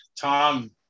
Tom